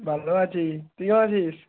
ভালো আছি তুই কেমন আছিস